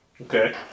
Okay